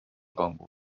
congo